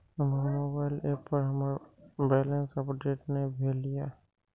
हमर mobile app पर हमर बैलेंस अपडेट ने भेल या